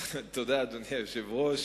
אדוני היושב-ראש,